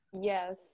Yes